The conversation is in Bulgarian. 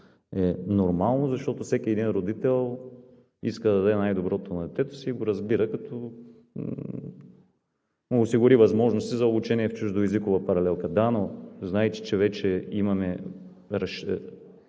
е нормално, защото всеки един родител иска да даде най-доброто на детето си и го разбира, като да му осигури възможности за обучение в чуждоезикова паралелка. Да, но знаете, че вече имаме